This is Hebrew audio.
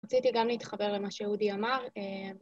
‫רציתי גם להתחבר למה שאודי אמר.